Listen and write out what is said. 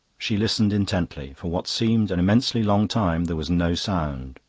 she listened intently. for what seemed an immensely long time there was no sound.